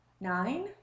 nine